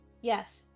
Yes